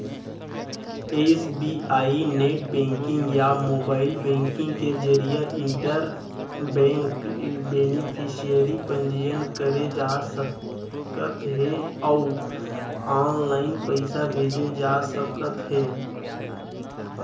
SBI net banking या mobile banking के जरिए इंटर बेंक बेनिफिसियरी पंजीयन करे जा सकत हे अउ ऑनलाइन पइसा भेजे जा सकत हे